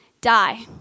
die